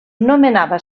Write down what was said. nomenava